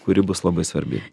kuri bus labai svarbi